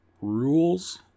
rules